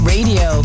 Radio